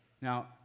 Now